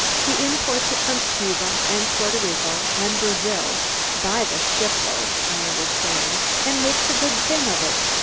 he imports it from cuba and porto rico and brazil by the shipload, i understand, and makes a good thing of it.